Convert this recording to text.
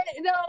no